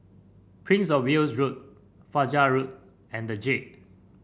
Prince Of Wales Road Fajar Road and the Jade